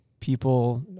people